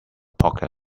pocket